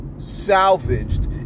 salvaged